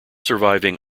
surviving